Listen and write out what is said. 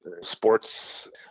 sports